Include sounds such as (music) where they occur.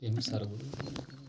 (unintelligible)